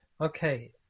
Okay